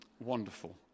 wonderful